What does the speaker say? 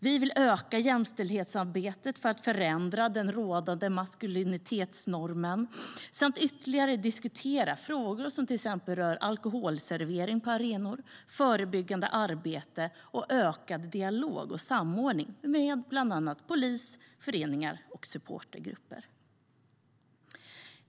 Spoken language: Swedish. Vi vill öka jämställdhetsarbetet för att förändra den rådande maskulinitetsnormen och ytterligare diskutera frågor som rör till exempel alkoholservering på arenor, förebyggande arbete och ökad dialog och samordning med bland andra polis, föreningar och supportergrupper.